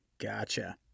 Gotcha